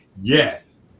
Yes